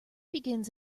begins